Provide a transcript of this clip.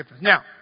Now